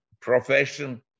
profession